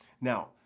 Now